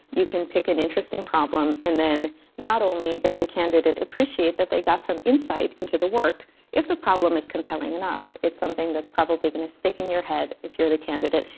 you can pick an interesting problem and then not only does the candidate appreciate that they got some insight into the work if the problem is compelling enough. it's something that's probably going to stick in your head if you're the candidate.